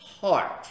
heart